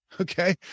Okay